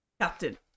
Captain